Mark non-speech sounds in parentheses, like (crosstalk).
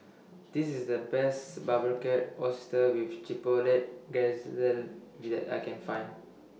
This IS The Best Barbecued Oysters with Chipotle Glaze that (unintelligible) I Can Find